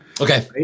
Okay